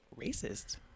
racist